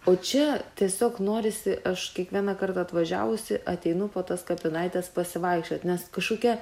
o čia tiesiog norisi aš kiekvienąkart atvažiavusi ateinu po tas kapinaites pasivaikščiot nes kažkokia